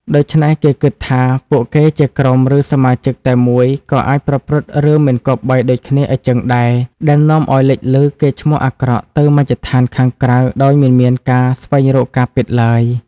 ដូច្នេះ គេគិតថា ពួកគេជាក្រុមឫជាសមាជិកតែមួយក៏អាចប្រព្រឹត្តរឿងមិនគប្បីដូចគ្នាអ៊ីចឹងដែរ ដែលនាំឲ្យលេចឮកេរ្តិ៍ឈ្មោះអាក្រក់ទៅមជ្ឈដ្ឋានខាងក្រៅដោយមិនមានការស្វែងរកការពិតទ្បើយ។